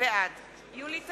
בעד יולי תמיר,